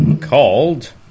called